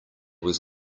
was